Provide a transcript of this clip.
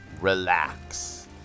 relax